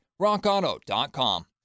rockauto.com